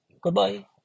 Goodbye